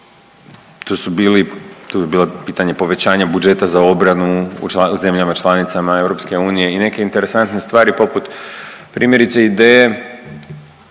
Tu su bili, tu je bilo pitanje povećanja budžeta za obranu u zemljama članicama EU i neke interesantne stvari poput primjerice ideje